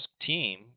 team